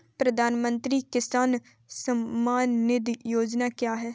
प्रधानमंत्री किसान सम्मान निधि योजना क्या है?